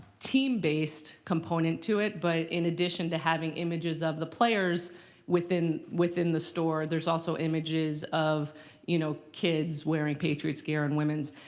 team-based component to it. but in addition to having images of the players within within the store, there's also images of you know kids wearing patriots gear and women's.